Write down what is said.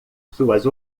suas